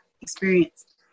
experience